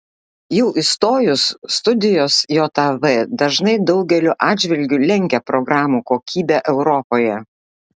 jau įstojus studijos jav dažnai daugeliu atžvilgiu lenkia programų kokybę europoje